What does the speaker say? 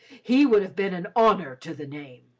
he would have been an honour to the name.